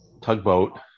Tugboat